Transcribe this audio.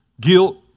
guilt